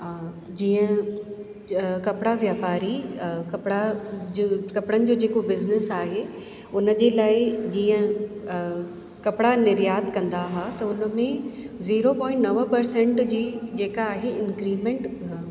जीअं कपिड़ा व्यापारी कपिड़ा जो कपिड़नि जो जेको बिजनेस आहे उन जे लाइ जीअं कपिड़ा निर्यात कंदा हा त उन में ज़ीरो पॉइंट नव परसेंट जी जेका आहे इंक्रीमेंट